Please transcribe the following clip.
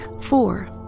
Four